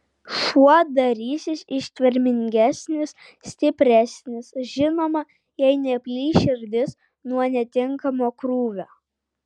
šuo darysis ištvermingesnis stipresnis žinoma jei neplyš širdis nuo netinkamo krūvio